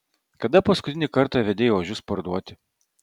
kada paskutinį kartą vedei ožius parduoti